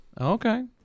Okay